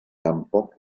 tampoc